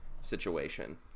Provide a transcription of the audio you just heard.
situation